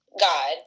God